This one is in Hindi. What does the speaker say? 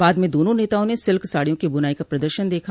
बाद में दोनों नेताओं ने सिल्क साडियों की बुनाई का प्रदर्शन दखा